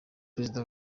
perezida